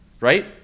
right